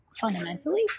fundamentally